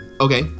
Okay